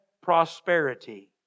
prosperity